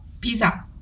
Pizza